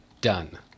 done